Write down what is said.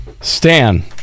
Stan